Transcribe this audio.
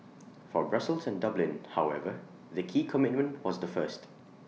for Brussels and Dublin however the key commitment was the first